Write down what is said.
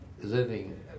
living